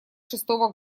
шестого